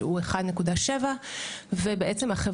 שעומד על 1.7 אחוזים.